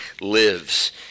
lives